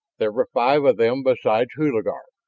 there were five of them beside hulagur,